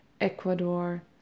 ecuador